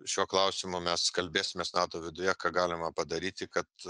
šiuo klausimu mes kalbėsimės nato viduje ką galima padaryti kad